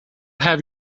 have